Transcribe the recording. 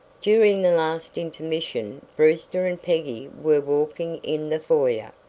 during the last intermission brewster and peggy were walking in the foyer.